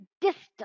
distance